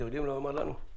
אתם יודעים לומר לנו?